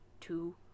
two